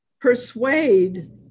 persuade